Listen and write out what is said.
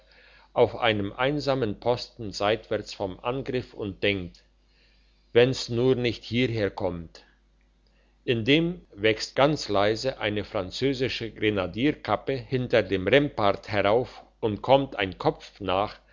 auf einem einsamen posten seitwärts vom angriff und denkt wenn's nur nicht hieher kommt indem wächst ganz leise eine französische grenadierkappe hinter dem rempart herauf und kommt ein kopf nach